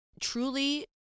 truly